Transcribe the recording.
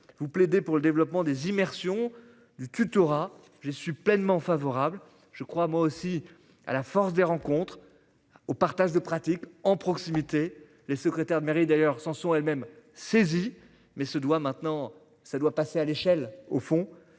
vous plaidez pour le développement des immersions du tutorat. J'ai su pleinement favorable je crois moi aussi à la force des rencontres au partage de pratique en proximité les secrétaires de mairie d'ailleurs Samson elles-mêmes saisie mais ce doit maintenant ça doit passer à l'échelle au fond